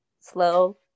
slow